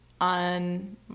on